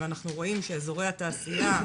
אנחנו רואים שאזורי התעשייה,